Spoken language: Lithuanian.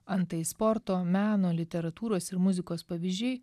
antai sporto meno literatūros ir muzikos pavyzdžiai